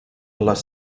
les